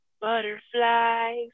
butterflies